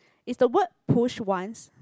is the word push once